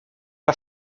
der